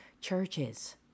churches